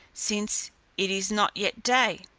since it is not yet day?